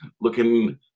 looking